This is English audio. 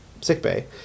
sickbay